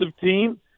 team